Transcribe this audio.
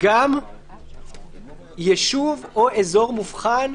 גם יישוב או אזור מובחן